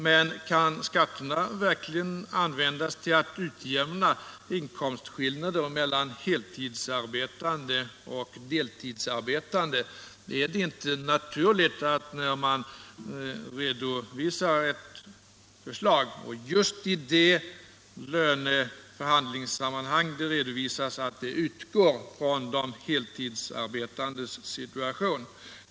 Men kan skatterna verkligen användas till att utjämna inkomstskillnader mellan heltidsarbetande och deltidsarbetande? Är det inte naturligt att man, när man redovisar ett förslag och just i det löneförhandlingssammanhang det redovisas, utgår från de heltidsarbetandes situation?